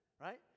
right